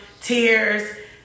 tears